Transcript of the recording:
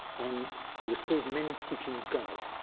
on it was called men seeking god.